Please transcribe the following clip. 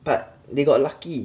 but they got lucky